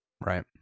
Right